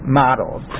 models